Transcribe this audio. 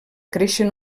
créixer